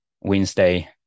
Wednesday